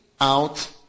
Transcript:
out